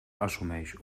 assumeix